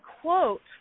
quote